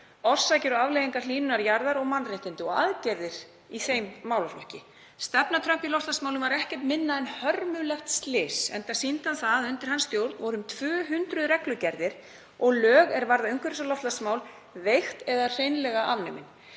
orsakir og afleiðingar hlýnunar jarðar og mannréttindi og aðgerðir í þeim málaflokkum. Stefna Trumps í loftslagsmálum var ekkert minna en hörmulegt slys enda voru undir hans stjórn um 200 reglugerðir og lög er varða umhverfis- og loftslagsmál veikt eða hreinlega afnumin.